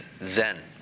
Zen